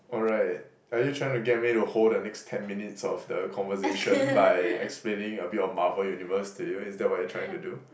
alright are you trying to get me to hold the next ten minutes of the conversation by explaining a bit of Marvel universe to you is that what you're trying to do